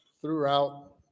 throughout